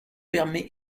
permet